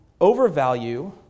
overvalue